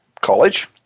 college